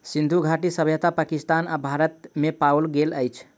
सिंधु घाटी सभ्यता पाकिस्तान आ भारत में पाओल गेल अछि